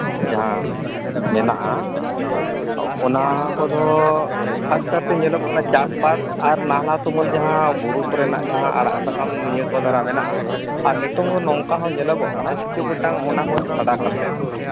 ᱡᱟᱦᱟᱸ ᱢᱮᱱᱟᱜᱼᱟ ᱚᱱᱟ ᱠᱚᱫᱚ ᱠᱷᱟᱥ ᱠᱟᱨᱛᱮ ᱧᱮᱞᱚᱜ ᱠᱟᱱᱟ ᱪᱟᱥᱵᱟᱥ ᱟᱨ ᱱᱟᱞᱦᱟ ᱛᱩᱢᱟᱹᱞ ᱡᱟᱦᱟᱸ ᱵᱩᱨᱩ ᱠᱚᱨᱮᱱᱟᱜ ᱡᱟᱦᱟᱸ ᱟᱲᱟᱜ ᱥᱟᱠᱟᱢ ᱱᱤᱭᱟᱹ ᱠᱚ ᱫᱷᱟᱨᱟ ᱢᱮᱱᱟᱜᱼᱟ ᱟᱨ ᱱᱤᱛᱚᱝ ᱫᱚ ᱱᱚᱝᱠᱟ ᱦᱚᱸ ᱧᱮᱞᱚᱜᱚᱜ ᱠᱟᱱᱟ ᱠᱤᱪᱷᱩ ᱜᱚᱴᱟᱝ ᱚᱱᱟ ᱠᱚ ᱪᱷᱟᱰᱟ ᱠᱟᱛᱮᱫ